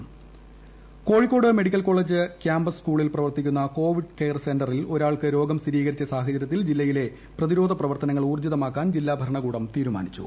screening Kozhikode medical college campus സ്കൂളിൽ പ്രവർത്തിക്കുന്ന കോപ്പീഡ് കെയർ സെന്ററിൽ ഒരാൾക്ക് രോഗം സ്ഥിരീകരിച്ച സാഹ്ചരൃത്തിൽ ജില്ലയിലെ പ്രതിരോധ പ്രവർത്തനങ്ങൾ ഉൌർജിതമാക്കാൻ ജില്ലാ ഭരണകൂടം തീരുമാനിച്ചു